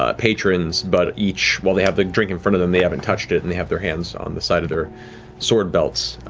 ah patrons but each, while they have their drink in front of them, they haven't touched it, and they have their hand on the side of their sword belts.